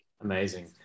amazing